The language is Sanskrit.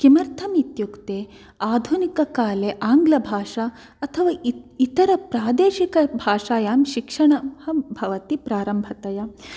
किमर्थम् इत्युक्ते आधुनिककाले आङ्ग्लभाषा अथवा इत् इतरप्रादेशिकभाषायां शिक्षणं भवति प्रारम्भतया